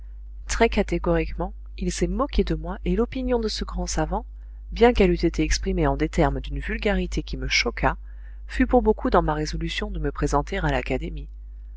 très catégoriquement il s'est moqué de moi et l'opinion de ce grand savant bien qu'elle eût été exprimée en des termes d'une vulgarité qui me choqua fut pour beaucoup dans ma résolution de me présenter à l'académie